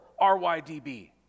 RYDB